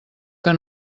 que